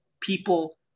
people